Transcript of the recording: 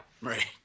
Right